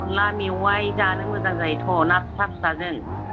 अनला मेउवाय जानो मोजां जायोथ' ना फिसा फिसाजों